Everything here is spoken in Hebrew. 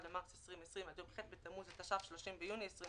במרס 2020) עד יום ח' בתמוז התש"ף (30 ביוני 2020)